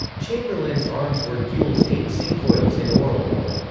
chamberlain's arms were gules eight cinquefoils in orle or